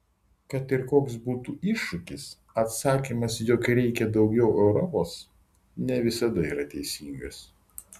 kad ir koks būtų iššūkis atsakymas jog reikia daugiau europos ne visada yra teisingas